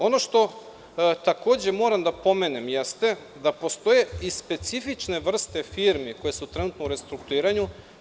Ono što takođe moram da pomenem, jeste da postoje i specifične vrste firmi koje su trenutno u restrukturiranju.